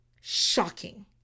shocking